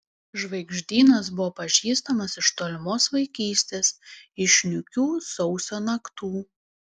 žvaigždynas buvo pažįstamas iš tolimos vaikystės iš niūkių sausio naktų